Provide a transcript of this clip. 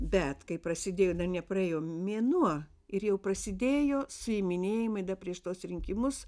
bet kai prasidėjo dar nepraėjo mėnuo ir jau prasidėjo suiminėjimai dar prieš tuos rinkimus